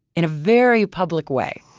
in a very public way.